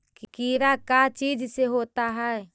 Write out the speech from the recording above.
कीड़ा का चीज से होता है?